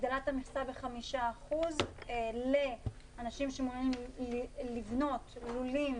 הגדלת המכסה ב-5% לאנשים שמעוניינים לבנות לולים